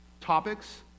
topics